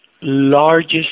largest